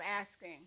asking